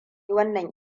wannan